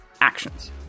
actions